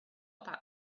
about